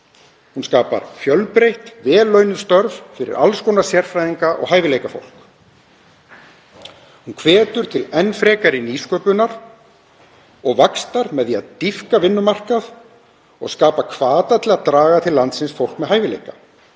Hún skapar fjölbreytt, vel launuð störf fyrir alls konar sérfræðinga og hæfileikafólk. Hún hvetur til enn frekari nýsköpunar og vaxtar með því að dýpka vinnumarkað og skapa hvata til að draga til landsins fólk með hæfileika.